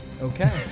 Okay